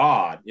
God